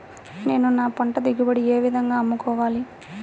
నేను నా పంట దిగుబడిని ఏ విధంగా అమ్ముకోవాలి?